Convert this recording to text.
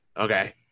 okay